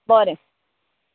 बरें